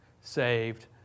saved